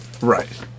Right